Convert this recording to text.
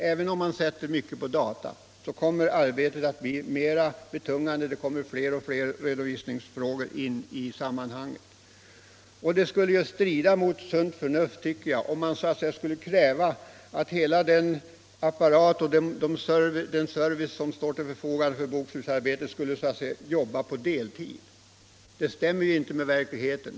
Även om man sätter mycket på data så kommer arbetet att bli mera omfattande, det kommer fler och fler redovisningsfrågor in i sammanhanget. Jag tycker också att det strider mot sunt förnuft om man skulle kräva att hela den serviceapparat som står till förfogande för bokslutsarbetet skulle jobba på deltid. Det stämmer ju inte med verkligheten.